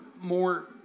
more